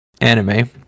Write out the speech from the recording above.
anime